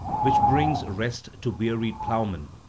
which brings rest to wearied ploughmen,